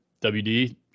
WD